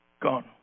Gone